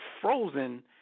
frozen